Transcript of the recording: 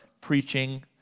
preaching